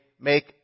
make